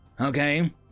Okay